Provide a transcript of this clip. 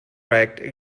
raged